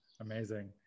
Amazing